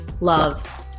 love